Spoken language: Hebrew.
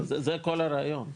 זה כל הרעיון.